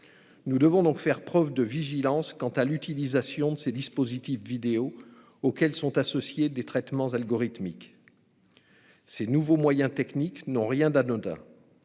Nous devons donc faire preuve de vigilance quant à l'utilisation de ces dispositifs vidéo auxquels sont associés des traitements algorithmiques. Ces nouvelles techniques n'ont rien d'anodin.